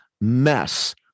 mess